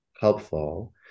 helpful